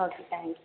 okay thank you